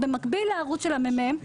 במקביל לערוץ של המ.מ.מ,